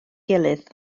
gilydd